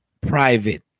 private